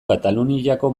kataluniako